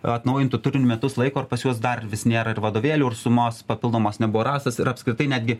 atnaujintu turint metus laiko ar pas juos dar vis nėra ir vadovėlių ir sumos papildomos nebuvo rastas ir apskritai netgi